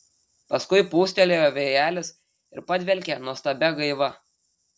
paskui pūstelėjo vėjelis ir padvelkė nuostabia gaiva